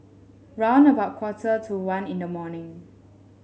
round about quarter to one in the morning